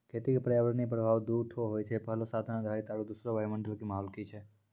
खेती क पर्यावरणीय प्रभाव दू ठो होय छै, पहलो साधन आधारित आरु दोसरो वायुमंडल कॅ माहौल की छै